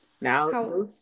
Now